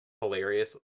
hilarious